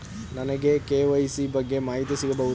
ನನಗೆ ಕೆ.ವೈ.ಸಿ ಬಗ್ಗೆ ಮಾಹಿತಿ ಸಿಗಬಹುದೇ?